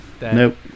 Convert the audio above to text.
nope